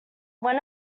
when